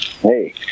Hey